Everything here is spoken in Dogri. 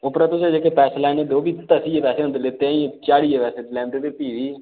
उप्परा तुसें जेह्के पैसे लैने ओह्बी तह्स्सियै पैसे होंदे लैते दे ते झाड़ियै पैसे लैंदे ते भी बी